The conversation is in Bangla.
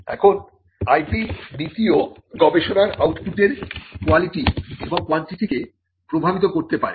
এখন IP নীতিও গবেষণা আউটপুটের কোয়ালিটি এবং কোয়ান্টিটিকে প্রভাবিত করতে পারে